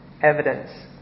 evidence